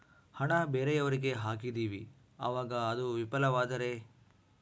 ಹಣ ಬೇರೆಯವರಿಗೆ ಹಾಕಿದಿವಿ ಅವಾಗ ಅದು ವಿಫಲವಾದರೆ?